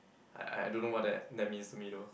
I I don't know what that that means to me though